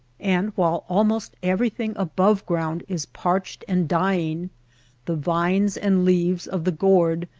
and while almost everything above ground is parched and dying the vines and leaves of the gourd,